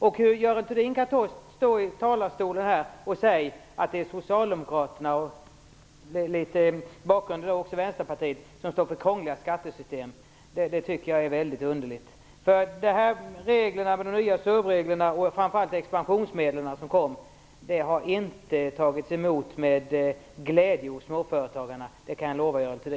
Hur kan Görel Thurdin stå i talarstolen och säga att Socialdemokraterna och, i viss mån, Vänsterpartiet står för krångliga skattesystem? Det tycker jag är väldigt underligt. De nya SURV-reglerna och framför allt de expansionsmedel som kom har inte tagits emot med glädje hos småföretagarna. Det kan jag lova, Görel